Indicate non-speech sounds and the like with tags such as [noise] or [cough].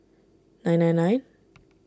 nine nine nine [noise]